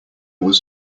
was